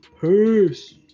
Peace